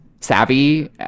savvy